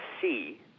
see